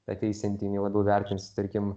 ateisianti jin labiau vertins tarkim